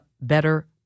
better